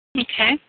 Okay